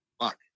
Fuck